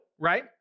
right